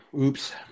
Oops